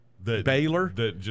Baylor